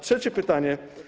Trzecie pytanie.